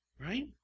Right